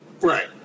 Right